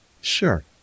Sure